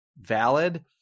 valid